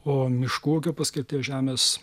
o miškų ūkio paskirties žemės